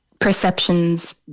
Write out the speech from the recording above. perceptions